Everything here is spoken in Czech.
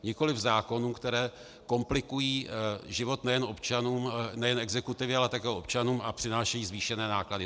Nikoli zákonů, které komplikují život nejen občanům nejen exekutivě, ale také občanům, a přinášejí zvýšené náklady.